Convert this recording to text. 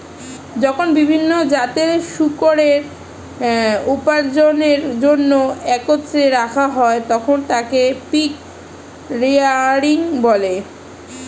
যখন বিভিন্ন জাতের শূকরকে উপার্জনের জন্য একত্রে রাখা হয়, তখন তাকে পিগ রেয়ারিং বলে